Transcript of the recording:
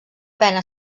pena